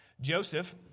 Joseph